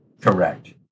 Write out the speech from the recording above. Correct